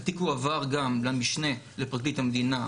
התיק הועבר גם למשנה לפרקליט המדינה,